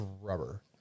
rubber